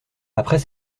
après